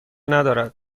ندارد